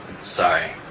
Sorry